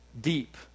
deep